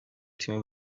تیم